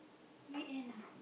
weekend ah